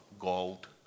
Gold